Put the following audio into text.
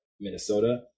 Minnesota